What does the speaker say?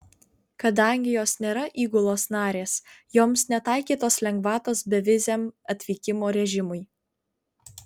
kadangi jos nėra įgulos narės joms netaikytos lengvatos beviziam atvykimo režimui